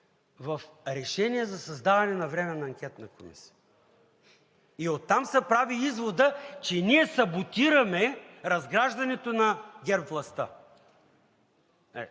в Решение за създаване на временна анкетна комисия, и оттам се прави изводът, че ние саботираме разграждането на ГЕРБ-властта.